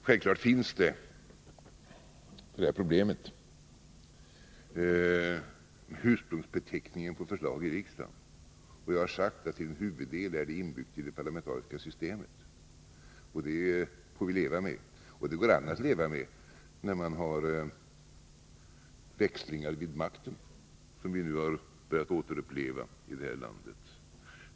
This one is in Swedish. Självfallet har vi problemet med ursprungsbeteckningen på förslag i riksdagen. Jag har sagt att det huvudsakligen är inbyggt i det parlamentariska systemet. Det får vi leva med, och det går an att leva med det när man har växlingar vid makten, något som vi nu börjat återuppleva i det här landet.